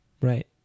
Right